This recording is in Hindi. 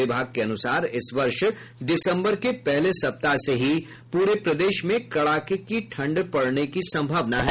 विभाग के अनुसार इस वर्ष दिसम्बर के पहले सप्ताह से ही पूरे प्रदेश में कड़ाके की ठंड पड़ने की सम्भावना है